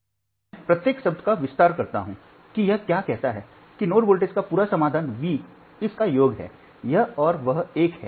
अब मैं प्रत्येक शब्द का विस्तार करता हूं कि यह क्या कहता है कि नोड वोल्टेज का पूरा समाधान V इस का योग है यह और वह एक है